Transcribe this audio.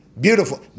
Beautiful